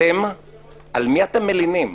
על מי אתם מלינים?